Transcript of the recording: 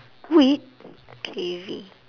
weed crazy